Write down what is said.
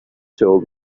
told